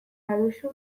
baduzu